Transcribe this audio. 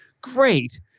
Great